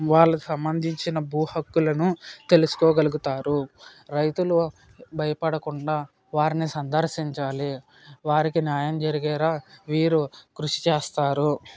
వాళ్ళకు సంబంధించిన భూ హక్కులను తెలుసుకోగలుగుతారు రైతులు భయపడకుండా వారిని సందర్శించాలి వారికి న్యాయం జరిగేలా వీరు కృషి చేస్తారు